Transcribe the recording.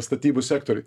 statybų sektoriuj